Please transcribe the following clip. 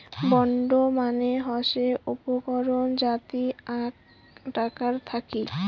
bond মানে হসে উপকরণ যাতি আক টাকা থাকি